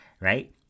Right